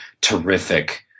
terrific